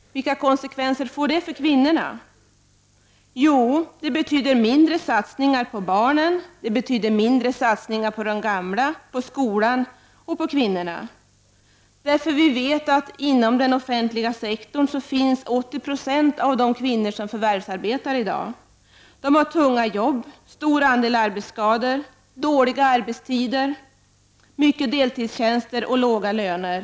Vilka konsekvenser får det för kvinnorna? Jo, det betyder mindre satsningar på barnen, mindre satsningar på de gamla, på skolan och på kvinnorna, för vi vet att inom den offentliga sektorn finns 80 96 av de kvinnor som förvärvsarbetar i dag. De har tunga jobb, stor andel arbetsskador, dåliga arbetstider, mycket deltidstjänster och låga löner.